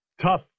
tough